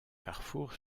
carrefour